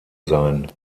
sein